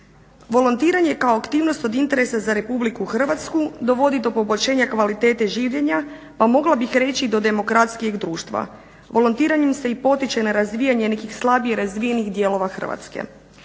Volontiranje kao aktivnost od interesa za RH dovodi do poboljšanja kvalitete življenja pa mogla bih reći do demokratskijeg društva. Volontiranjem se i potiče razvijanje nekih slabije razvijenih dijelova Hrvatske.